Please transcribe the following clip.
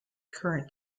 current